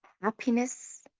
happiness